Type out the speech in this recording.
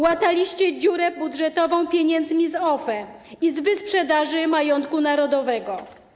Łataliście dziurę budżetową pieniędzmi z OFE i z wyprzedaży majątku narodowego.